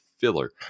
filler